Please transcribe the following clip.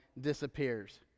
disappears